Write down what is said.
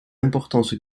importance